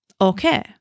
okay